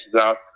out